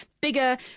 bigger